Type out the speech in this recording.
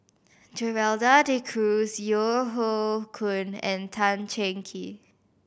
Gerald De Cruz Yeo Hoe Koon and Tan Cheng Kee